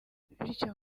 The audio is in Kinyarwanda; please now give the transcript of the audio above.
bityo